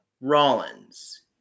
Rollins